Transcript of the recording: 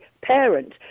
parent